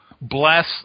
bless